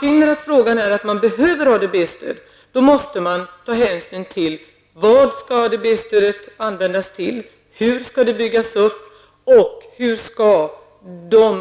Finner man att man behöver ADB-stöd, måste man ta hänsyn till vad stödet skall användas till, hur det skall byggas upp och hur